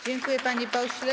Dziękuję, panie pośle.